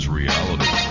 reality